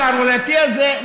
השערורייתי הזה,